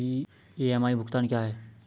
EMI भुगतान क्या है?